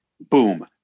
boom